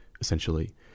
essentially